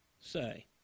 say